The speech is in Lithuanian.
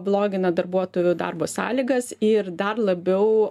blogina darbuotojų darbo sąlygas ir dar labiau